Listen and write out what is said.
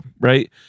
Right